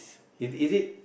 it is it